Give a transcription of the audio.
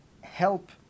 help